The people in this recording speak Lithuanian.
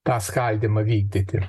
tą skaldymą vykdyti